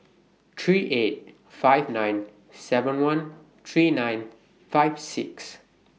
three eight five nine seven one three nine five six